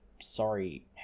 Sorry